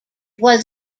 was